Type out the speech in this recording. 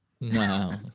No